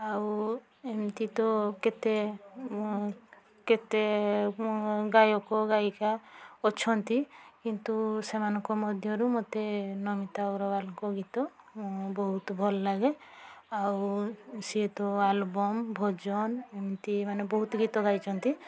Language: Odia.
ଆଉ ଏମତି ତ କେତେ କେତେ ଗାୟକ ଗାୟିକା ଅଛନ୍ତି କିନ୍ତୁ ସେମାନଙ୍କ ମଧ୍ୟରୁ ମୋତେ ନମିତା ଅଗ୍ରୱାଲ୍ଙ୍କ ଗୀତ ବହୁତ ଭଲ ଲାଗେ ଆଉ ସିଏ ତ ଆଲବମ୍ ଭଜନ ଏମତି ମାନେ ବହୁତ ଗୀତ ଗାଇଛନ୍ତି